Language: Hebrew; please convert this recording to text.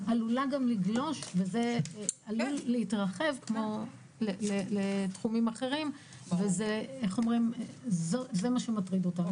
עלולה לגלוש ולהתרחב לתחומים אחרים וזה מה שמטריד אותנו.